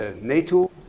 NATO